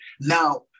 Now